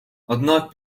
однак